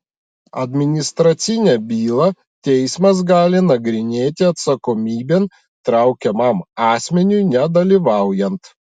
administracinę bylą teismas gali nagrinėti atsakomybėn traukiamam asmeniui nedalyvaujant